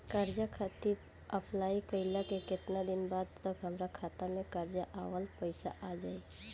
कर्जा खातिर अप्लाई कईला के केतना दिन बाद तक हमरा खाता मे कर्जा वाला पैसा आ जायी?